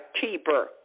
keeper